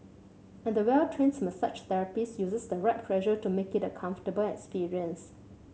and the well trains massage therapist uses the right pressure to make it a comfortable experience